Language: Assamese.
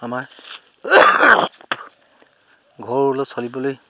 আমাৰ ঘৰ ওলোৱা চলিবলৈ